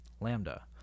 Lambda